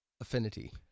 affinity